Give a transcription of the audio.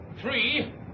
three